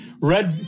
red